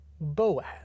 Boaz